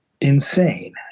insane